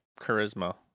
charisma